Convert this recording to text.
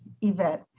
event